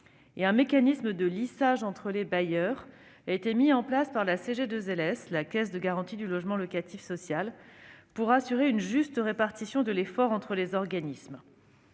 un mécanisme de lissage entre les bailleurs a été mis en place par la Caisse de garantie du logement locatif social, afin d'assurer une juste répartition de l'effort entre les organismes.